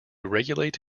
regulate